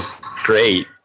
great